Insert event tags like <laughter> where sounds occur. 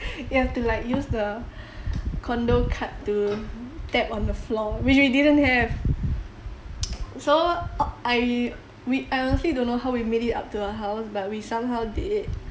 you have too like use the condo card to tap on the floor which we didn't have <noise> so o~ I we I obviously don't know how we made it up to her house but we somehow did